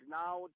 now